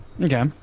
Okay